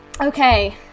Okay